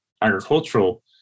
agricultural